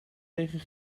tegen